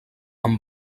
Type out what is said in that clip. amb